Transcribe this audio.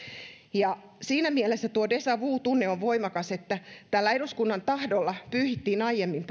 siinä mielessä tuo deja vu tunne on voimakas että tällä eduskunnan tahdolla pyyhittiin aiemmin